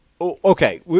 okay